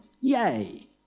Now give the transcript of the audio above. Yay